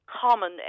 common